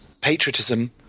patriotism